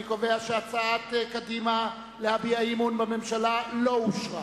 אני קובע שהצעת קדימה להביע אי-אמון בממשלה לא אושרה.